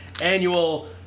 Annual